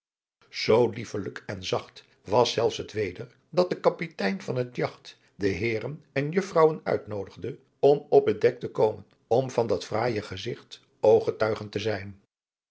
zoo liefelijk en zacht was zelfs het weder dat de kapitein van het jagt de heeren en juffrouwen uitnoodigde om op het dek te komen om van dat fraaije gezigt ooggetuigen te zijn